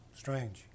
strange